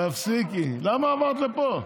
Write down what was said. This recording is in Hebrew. תפסיקי, למה עברת לפה?